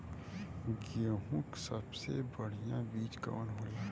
गेहूँक सबसे बढ़िया बिज कवन होला?